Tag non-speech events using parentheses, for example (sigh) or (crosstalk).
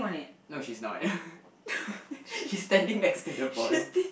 no she's not (laughs) she's standing next to the ball